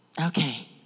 Okay